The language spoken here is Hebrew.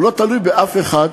הוא לא תלוי באף אחד,